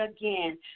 again